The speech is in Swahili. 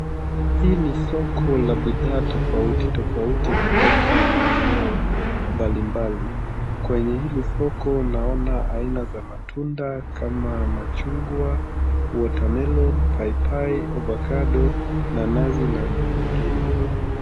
Hii ni soko la bidhaa tofauti tofauti kutoka maeneo mbalimbali. Kwenye hili soko naona aina za matunda kama chungwa, watermelon , paipai, ovacado, nanasi na zingine.